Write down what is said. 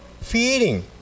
feeling